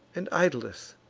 and italus,